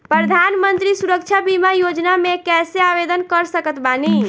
प्रधानमंत्री सुरक्षा बीमा योजना मे कैसे आवेदन कर सकत बानी?